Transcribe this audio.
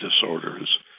disorders